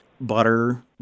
butter